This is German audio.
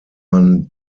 man